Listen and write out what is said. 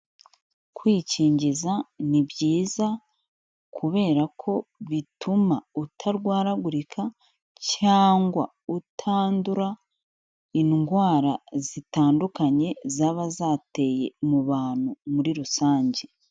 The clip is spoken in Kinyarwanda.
Kwikingiza ni byiza kubera ko bituma utarwaragurika cyangwa utandura indwara zitandukanye zaba zateye mu bantu muri rusange.